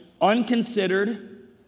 unconsidered